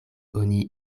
oni